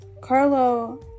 Carlo